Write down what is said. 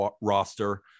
roster